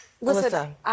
Listen